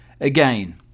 again